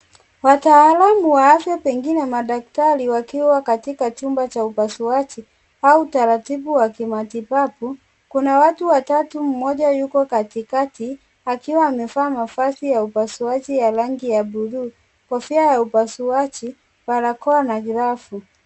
Wataalamu wa afya pengine madaktari. Wakiwa katika chumba cha upasuaji au utaratibu wa kimatibabu. Kuna watu watatu, mmoja yuko katikati akiwa amevaa mavazi ya upasuaji ya rangi ya bluu, kofia ya upasuaji, barakoa na glavu.